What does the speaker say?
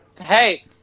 Hey